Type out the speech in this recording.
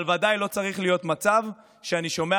אבל בוודאי שלא צריך להיות מצב שאני שומע